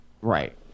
Right